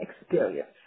experience